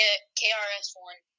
KRS-One